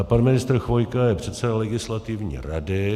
Pan ministr Chvojka je předseda Legislativní rady.